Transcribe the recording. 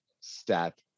Stat